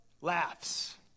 laughs